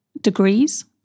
degrees